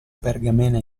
pergamena